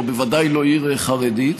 וודאי לא עיר חרדית.